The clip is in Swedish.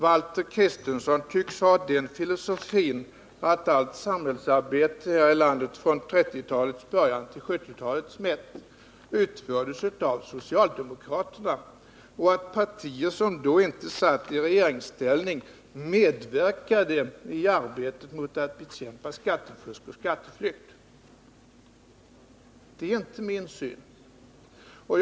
Valter Kristenson tycks ha den filosofin att allt samhällsarbete här i landet från 1930-talets början till 1970-talets mitt utfördes av socialdemokraterna och att partier som då inte satt i regeringsställning inte medverkade i arbetet för att bekämpa skattefusk och skatteflykt. Det är inte min syn på saken.